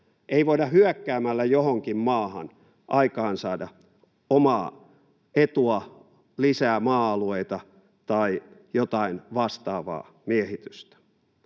Ei voida hyökkäämällä johonkin maahan aikaansaada omaa etua, lisää maa-alueita tai jotain vastaavaa miehitystä.